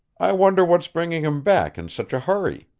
i wonder what's bringing him back in such a hurry.